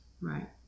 Right